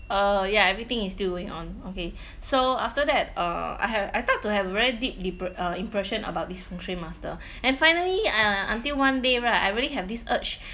err ya everything is still going on okay so after that uh I have I start to have a very deep depre~ impression about this feng shui master and finally uh until one day right I really have this urge